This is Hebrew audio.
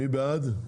מי בעד?